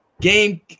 Game